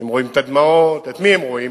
הם רואים את הדמעות, את מי הם רואים?